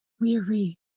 weary